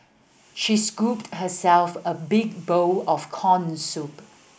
she scooped herself a big bowl of corn soup